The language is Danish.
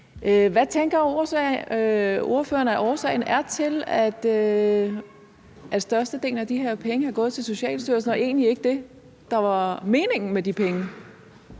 Hvad tænker ordføreren årsagen er til at størstedelen af de her penge er gået til Socialstyrelsen og egentlig ikke det, der var meningen med de penge?